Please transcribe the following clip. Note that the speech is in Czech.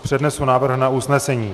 Přednesu návrh na usnesení.